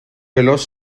veloz